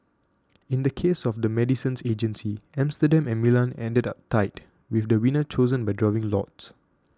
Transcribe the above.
in the case of the medicines agency Amsterdam and Milan ended up tied with the winner chosen by drawing lots